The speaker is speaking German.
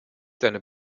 seine